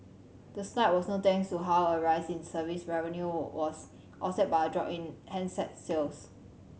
the slide was no thanks to how a rise in service revenue was offset by a drop in handset sales